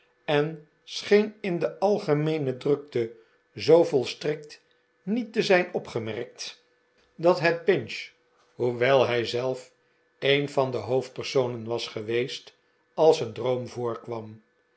en scheen in de algemeene drukte zoo volstrekt niet te zijn opgemerkt dat het pinch hoewel hij zelf een van de hoofdpersonen was geweest als een droom voorkwam